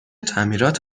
تعمیرات